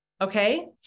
Okay